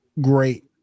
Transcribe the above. great